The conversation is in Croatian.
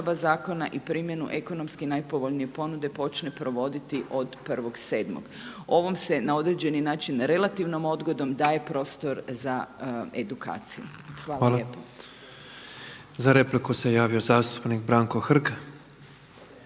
Hvala. Za repliku se javio zastupnik Branko Hrg.